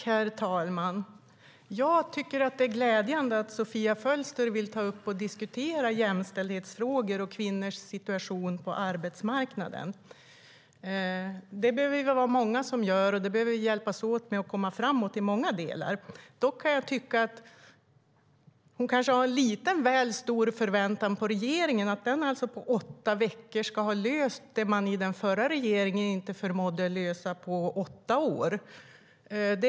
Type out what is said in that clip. Herr talman! Det är glädjande att Sofia Fölster vill diskutera jämställdhetsfrågor och kvinnors situation på arbetsmarknaden. Vi behöver vara många som hjälps åt att komma framåt i många delar. Dock kan jag tycka att Sofia Fölster har en lite väl stor förväntan att regeringen på åtta veckor ska ha löst det man i den förra regeringen inte förmådde att lösa på åtta år.